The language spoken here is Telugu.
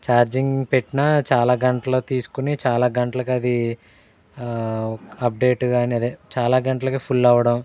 చార్జింగ్ పెట్టినా చాలా గంటలు తీసుకొని చాలా గంటలకి అది అప్డేట్ కానీ అదే చాలా గంటలకి ఫుల్ అవడం